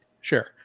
sure